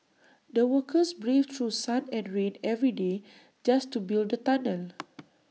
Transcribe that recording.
the workers braved through sun and rain every day just to build the tunnel